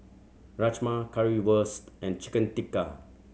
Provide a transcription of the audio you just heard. Rajma Currywurst and Chicken Tikka